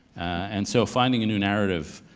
and so finding a new narrative,